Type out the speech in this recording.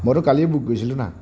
মইতো কালিয়ে বুক কৰিছিলো না